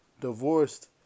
divorced